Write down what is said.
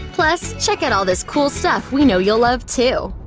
plus check out all this cool stuff we know you'll love, too!